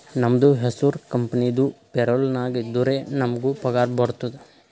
ನಮ್ದು ಹೆಸುರ್ ಕಂಪೆನಿದು ಪೇರೋಲ್ ನಾಗ್ ಇದ್ದುರೆ ನಮುಗ್ ಪಗಾರ ಬರ್ತುದ್